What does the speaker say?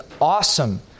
awesome